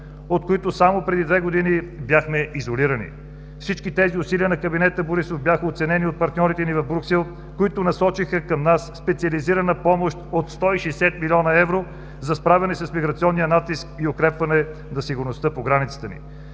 от които само преди две години бяхме изолирани. Всички тези усилия на кабинета Борисов бяха оценени от партньорите ни в Брюксел, които насочиха към нас специализирана помощ от 160 млн. евро за справяне с миграционния натиск и укрепване на сигурността по границите ни.